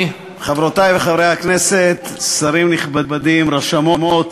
בהתאם לסעיף 9(א)(11) לחוק הממשלה, התשס"א 2001,